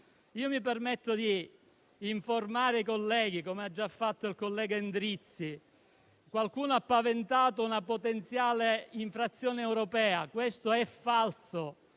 Mi permetto di informare i colleghi, come ha già fatto il collega Endrizzi: qualcuno ha paventato una potenziale infrazione europea, ma questo è falso